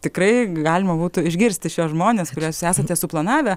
tikrai galima būtų išgirsti žmones kuriuos esate suplanavę